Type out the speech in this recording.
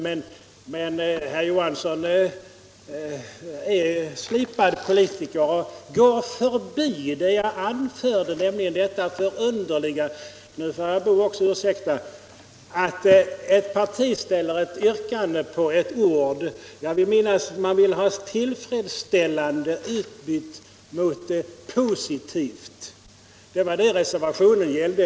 Men herr Johansson är en slipad politiker och går förbi det jag anförde, nämligen detta förunderliga — nu får även herr Boo ursäkta — att ett parti ställer ett yrkande på ett enda ord. Jag vill minnas att man vill ha ”tillfredsställande” utbytt mot ”positivt”. Det var detta reservationsyrkandet gällde.